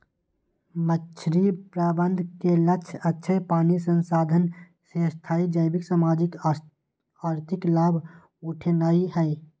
मछरी प्रबंधन के लक्ष्य अक्षय पानी संसाधन से स्थाई जैविक, सामाजिक, आर्थिक लाभ उठेनाइ हइ